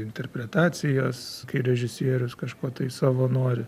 interpretacijas kai režisierius kažko tai savo nori